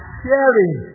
sharing